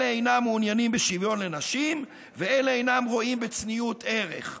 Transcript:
אלה אינם מעוניינים בשוויון לנשים ואלה אינם רואים בצניעות ערך.